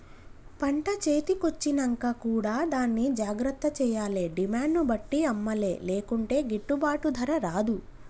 పంట చేతి కొచ్చినంక కూడా దాన్ని జాగ్రత్త చేయాలే డిమాండ్ ను బట్టి అమ్మలే లేకుంటే గిట్టుబాటు ధర రాదు